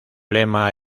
lema